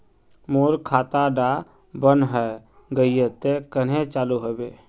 मोर खाता डा बन है गहिये ते कन्हे चालू हैबे?